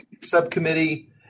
subcommittee